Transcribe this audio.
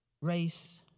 race